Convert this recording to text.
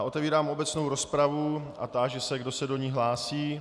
Otevírám obecnou rozpravu a táži se, kdo se do ní hlásí.